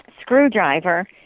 screwdriver